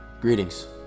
Greetings